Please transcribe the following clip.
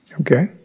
Okay